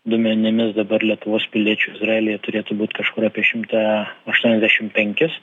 duomenimis dabar lietuvos piliečių izraelyje turėtų būt kažkur apie šimtą aštuoniasdešim penkis